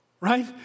Right